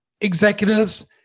executives